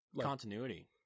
Continuity